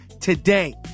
today